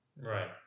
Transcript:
Right